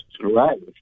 right